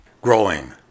Growing